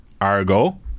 Argo